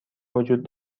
وجود